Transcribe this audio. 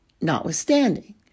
notwithstanding